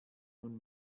nun